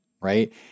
right